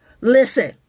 Listen